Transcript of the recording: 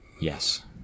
Yes